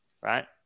right